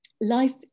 life